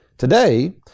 Today